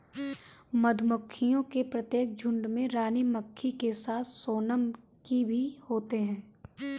मधुमक्खियों के प्रत्येक झुंड में रानी मक्खी के साथ सोनम की भी होते हैं